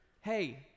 hey